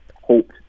hoped